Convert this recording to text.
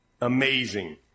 Amazing